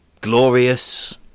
glorious